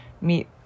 meet